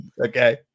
Okay